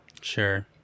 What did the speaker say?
Sure